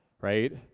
right